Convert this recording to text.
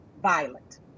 violent